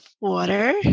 water